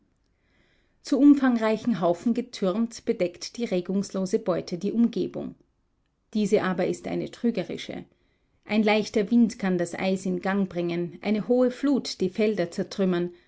zu umfangreichen haufen getürmt bedeckt die regungslose beute die umgebung diese aber ist eine trügerische ein leichter wind kann das eis in gang bringen eine hohe flut die felder zertrümmern